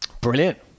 brilliant